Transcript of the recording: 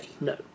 No